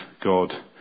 God